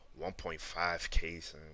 1.5K